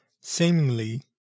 seemingly